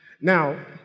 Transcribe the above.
Now